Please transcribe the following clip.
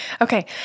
Okay